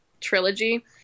trilogy